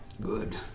Good